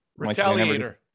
retaliator